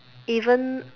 even